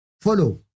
follow